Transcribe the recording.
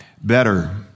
better